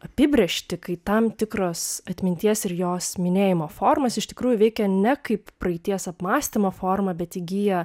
apibrėžtį kai tam tikros atminties ir jos minėjimo formos iš tikrųjų veikia ne kaip praeities apmąstymo forma bet įgyja